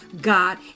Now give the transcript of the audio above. God